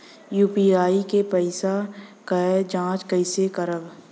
UPI के पैसा क जांच कइसे करब?